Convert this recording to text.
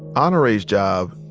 honore's job,